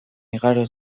igaro